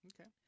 Okay